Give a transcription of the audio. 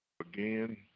Again